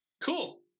cool